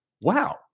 wow